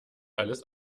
alles